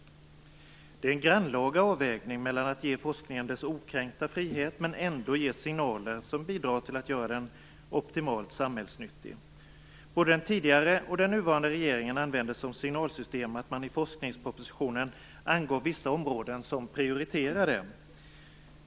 Det är en grannlaga avvägning mellan att ge forskningen dess okränkta frihet men ändå ge signaler som bidrar till att göra den optimalt samhällsnyttig. Både den tidigare och den nuvarande regeringen använde sig av signalsystem att man i forskningspropositionen angav vissa områden som "prioriterade".